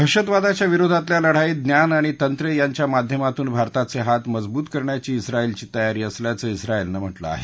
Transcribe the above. दहशतवादाच्या विरोधातल्या लढाईत ज्ञान आणि तंत्र यांच्या माध्यमातून भारताचे हात मजबूत करण्याची इस्राईलची तयारी असल्याचं इस्रायलनं म्हटलं आहे